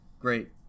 Great